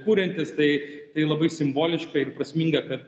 kuriantis tai tai labai simboliška ir prasminga kad